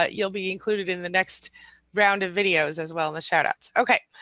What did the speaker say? ah you'll be included in the next round of videos as well, the shout outs. okay.